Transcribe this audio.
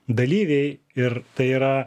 dalyviai ir tai yra